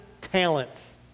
talents